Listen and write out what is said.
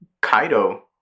Kaido